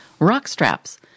Rockstraps